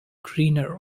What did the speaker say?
greener